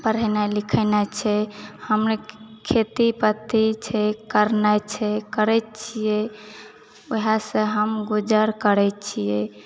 पढ़ेनाइ लिखेनाइ छै हम खेती पति छै करनाइ छै करैत छियै वएहसँ हम गुजर करैत छियै